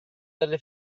delle